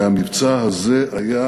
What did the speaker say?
הרי המבצע הזה היה